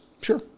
sure